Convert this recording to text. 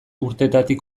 urtetatik